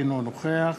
אינו נוכח